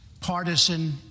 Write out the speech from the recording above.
partisan